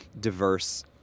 diverse